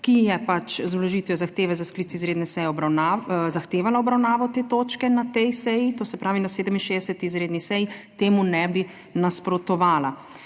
ki je pač z vložitvijo zahteve za sklic izredne seje zahtevala obravnavo te točke na tej seji, to se pravi na 67. izredni seji, temu ne bi nasprotovala.